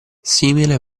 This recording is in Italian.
simile